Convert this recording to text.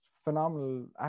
phenomenal